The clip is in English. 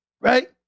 right